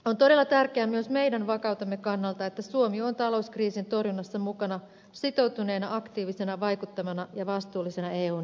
on todella tärkeää myös meidän vakautemme kannalta että suomi on talouskriisin torjunnassa mukana sitoutuneena aktiivisena vaikuttavana ja vastuullisena eun jäsenenä